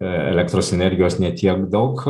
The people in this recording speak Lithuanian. elektros energijos ne tiek daug